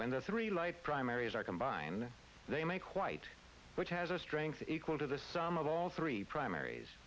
when the three light primaries are combined they make quite which has a strength equal to the sum of all three primaries